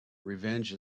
revenge